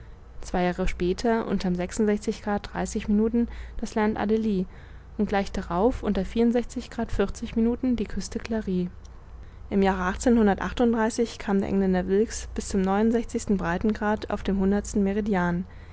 zwei jahre später unterm nu das land adelie und gleich darauf unter grad minuten die küste clarie im jahre kam der engländer wilkes bis zum grad auf dem